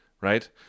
Right